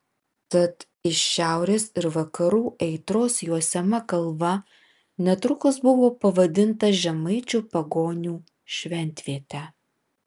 tad iš šiaurės ir vakarų aitros juosiama kalva netrukus buvo pavadinta žemaičių pagonių šventviete